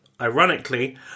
ironically